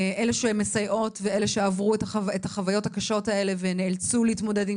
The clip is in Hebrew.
אלה שמסייעות ואלה שעברו את החוויות הקשות האלה ונאלצו להתמודד עם